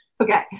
Okay